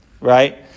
right